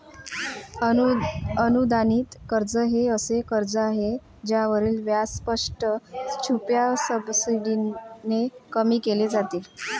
अनुदानित कर्ज हे असे कर्ज आहे ज्यावरील व्याज स्पष्ट, छुप्या सबसिडीने कमी केले जाते